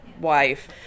wife